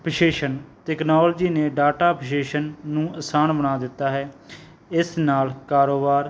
ਵਿਸ਼ੇਸ਼ਣ ਟੈਕਨੋਲਜੀ ਨੇ ਡਾਟਾ ਵਿਸ਼ੇਸ਼ਣ ਨੂੰ ਆਸਾਨ ਬਣਾ ਦਿੱਤਾ ਹੈ ਇਸ ਨਾਲ ਕਾਰੋਬਾਰ